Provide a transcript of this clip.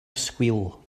squeal